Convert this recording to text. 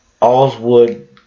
Oswald